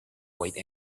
white